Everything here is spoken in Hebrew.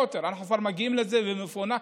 אנחנו כבר מגיעים לזה, ומפוענח.